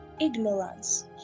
ignorance